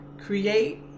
create